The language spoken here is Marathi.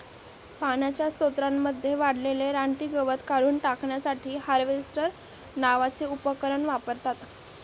पाण्याच्या स्त्रोतांमध्ये वाढलेले रानटी गवत काढून टाकण्यासाठी हार्वेस्टर नावाचे उपकरण वापरतात